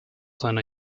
seiner